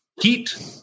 heat